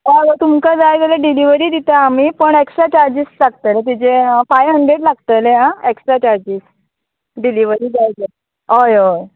हय तुमकां जाय जाल्यार डिलीवरी दिता आमी पण एक्स्ट्रा चार्जीस लागतले तिजे फायव हंड्रेड लागतलें आं एक्ट्रा चार्जीस डिलीवरी जाय जाल्या हय हय